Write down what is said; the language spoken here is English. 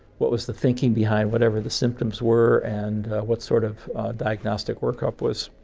what was the thinking behind whatever the symptoms were and what sort of diagnostic workup was